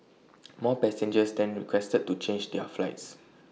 more passengers then requested to change their flights